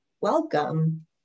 welcome